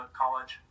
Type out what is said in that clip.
college